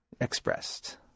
expressed